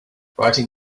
writing